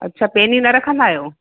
अच्छा पेनियूं न रखंदा आहियो